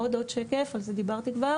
עוד, עוד שקף, על זה דיברתי כבר.